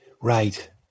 Right